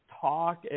talk